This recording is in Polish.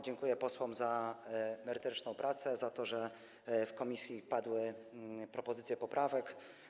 Dziękuję posłom za merytoryczną pracę, za to, że podczas prac komisji padły propozycje poprawek.